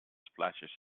splashes